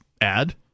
add